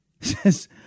says